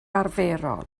arferol